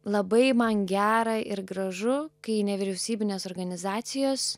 labai man gera ir gražu kai nevyriausybinės organizacijos